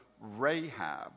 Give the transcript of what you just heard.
Rahab